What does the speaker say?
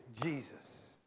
Jesus